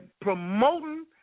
promoting